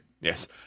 Yes